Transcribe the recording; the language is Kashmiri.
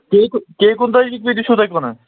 کے کے کُنتأجی کۭتِس چھُو تُہۍ کٕنان